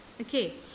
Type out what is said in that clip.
Okay